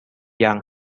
young